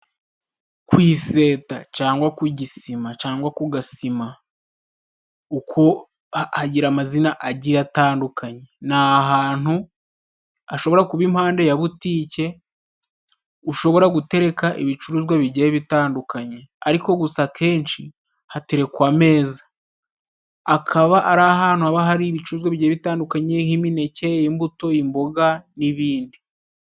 Ku iseta cangwa kugisima cangwa ku gasima uko hagira amazina agiye atandukanye, ni ahantu hashobora kuba impande ya butike ushobora gutereka ibicuruzwa bigiye bitandukanye ariko gusa kenshi haterekwa ameza, akaba ari ahantu haba hari ibicuruzwa bigiye bitandukanye nk'imineke ,imbuto, imboga n'ibindi.